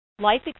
Life